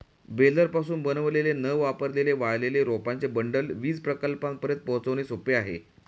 बेलरपासून बनवलेले न वापरलेले वाळलेले रोपांचे बंडल वीज प्रकल्पांपर्यंत पोहोचवणे सोपे आहे